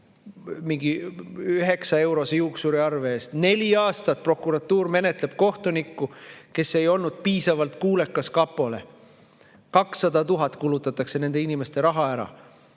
mingi üheksaeurose juuksuriarve eest. Neli aastat prokuratuur menetleb kohtunikku, kes ei olnud piisavalt kuulekas kapole. 200 000 eurot kulutatakse nende inimeste raha.